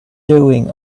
doing